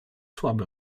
słabe